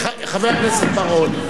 חבר הכנסת בר-און.